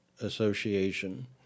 Association